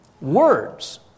words